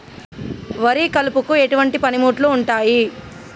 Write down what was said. వరి కలుపుకు ఎటువంటి పనిముట్లు ఉంటాయి?